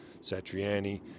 Satriani